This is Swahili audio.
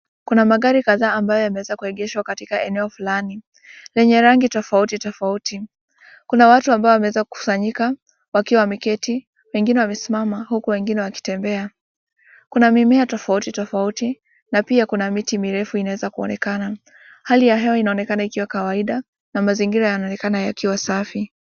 Kuna magari kadhaa ambayo yameweza kuegeshwa katika eneo fulani yenye rangi tofauti tofauti .Kuna watu ambao wameweza kukusanyika wakiwa wameketi, wengine wamesimama huku wengine wakitembea. Kuna mimea tofauti tofauti na pia kuna miti mirefu inaweza kunaonekana. Hali ya hewa inaonekana ikiwa ya kawaida na mazingira yanaonekana yakiwa safi.